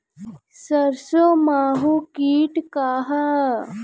सरसो माहु किट का ह?